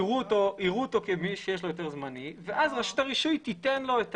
יראו אותו כמי שיש לו היתר זמני ואז רשות הרישוי תיתן לו.